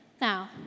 Now